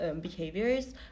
behaviors